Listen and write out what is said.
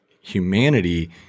humanity